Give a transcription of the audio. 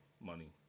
money